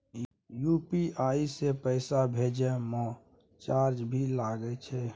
UPI से पैसा भेजै म चार्ज भी लागे छै?